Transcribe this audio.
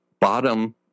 bottom